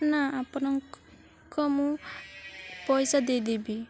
ନା ଆପଣଙ୍କ ମୁଁ ପଇସା ଦେଇଦେବି